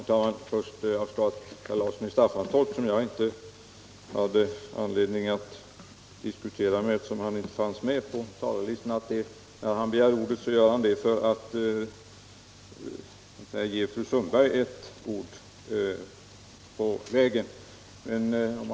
Herr talman! Först sade herr Larsson i Staffanstorp — som jag inte hade anledning att diskutera med, eftersom han inte fanns med på ta larlistan — att han begärt ordet för att ge fru Sundberg ett ord på vägen.